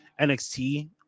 NXT